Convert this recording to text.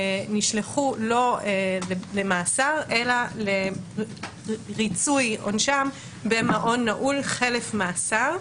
ונשלחו לא למאסר אלא לריצוי עונשם במעון נעול חלף מאסר.